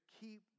keep